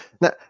now